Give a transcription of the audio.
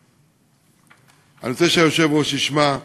אני רוצה שהיושב-ראש ישמע,